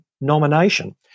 nomination